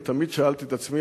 ואני תמיד שאלתי את עצמי,